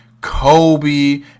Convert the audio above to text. Kobe